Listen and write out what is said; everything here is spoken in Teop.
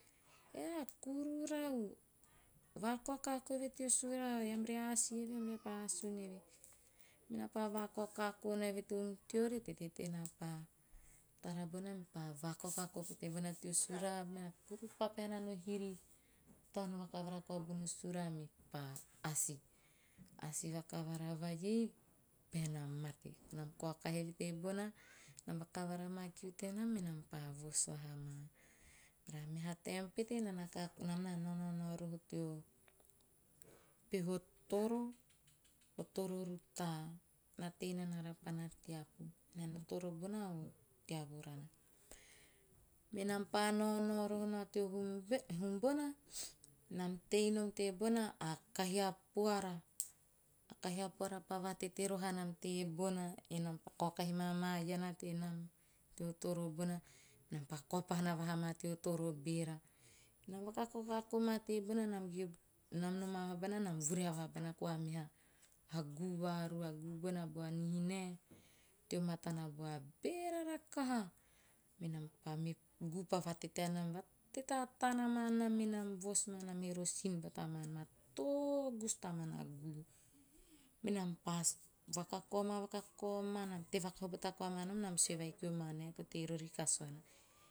"Eh, kuru rau!" Vakao kako eve teo suraa, eam re asi eve eam re asun eve. Mena pa vakao kako eve teo hum teori, ne tetee tenaa pa tara bona mepa vakao kako bona teo sura mea kuruu pa no hiri taono vakavarau bono sura mepa asi. Asi vakavara vai ei, pahena mate. Nam kaokahi eve tebona. nam vakavara maa kiu tenam, menam pa vos vaha ma. Bara meha taem pete nam na ka naonao rooho teo peho toro, o toro rutaa, na tei nana rapana teapu. Hena nio toro bona a teavorana. Menam pa naonao roho teo hum bona, nam tei nom tebona a kahi a puara, a kahi a puara pa vatete roho anam tebona, me nam pa kaokahi maa ama iana tenam teo toro bona me nam pa kao pahana vahaa ma teo toro beera. Nam vakakao kako maa tebona, nam noma vahaban nam vurahe vahabana meha, a guu varuaguu bona, bua nihi nae teo matana bua beera rakaha. Menam pa me guu pa vatete anam, vatete toataana ma nam, menam vos ma nam he rosin bata ma nom, a tagus tamana guu. Me nam pa vakakao ma vakakao ma, tei vakahu bata koa ma nom, nam sue vai kio manae to tei rori kasuana,